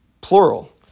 plural